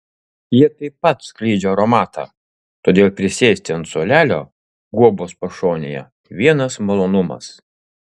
jie taip pat skleidžia aromatą todėl prisėsti ant suolelio guobos pašonėje vienas malonumas